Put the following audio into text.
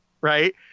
right